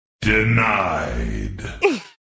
Denied